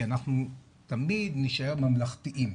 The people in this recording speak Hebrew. כי אנחנו תמיד נשאר ממלכתיים,